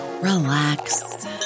relax